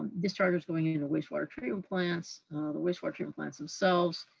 discharge is going into the wastewater treatment plants, the wastewater and plants themselves.